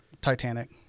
Titanic